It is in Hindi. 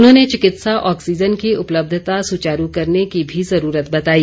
उन्होंने चिकित्सा ऑक्सीजन की उपलब्धता सुचारू करने की भी जरूरत बताई